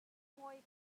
ngawi